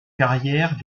carrière